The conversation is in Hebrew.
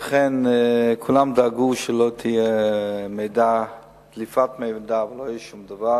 לכן כולם דאגו שלא תהיה דליפת מידע ולא יהיה שום דבר.